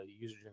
user